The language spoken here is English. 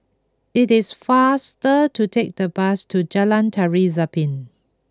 it is faster to take the bus to Jalan Tari Zapin